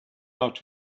out